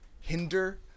hinder